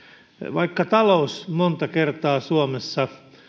vaikka talous monta kertaa suomessa